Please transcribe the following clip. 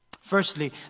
Firstly